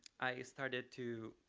i started to,